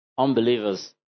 Unbelievers